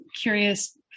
curious